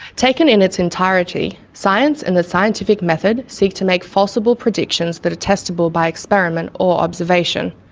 taken in its entirety science and the scientific method seek to make falsifiable predictions that are testable by experiment or observation.